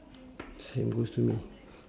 same goes to me